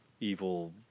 evil